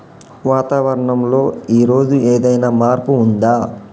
వాతావరణం లో ఈ రోజు ఏదైనా మార్పు ఉందా?